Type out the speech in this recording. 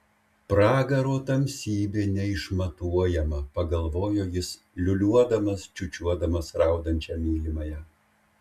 pragaro tamsybė neišmatuojama pagalvojo jis liūliuodamas čiūčiuodamas raudančią mylimąją